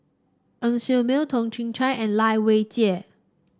Ng Ser Miang Toh Chin Chye and Lai Weijie